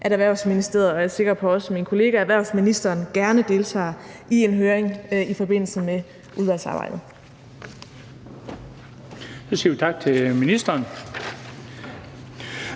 at Erhvervsministeriet – og også min kollega erhvervsministeren, er jeg sikker på – gerne deltager i en høring i forbindelse med udvalgsarbejdet.